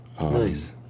Nice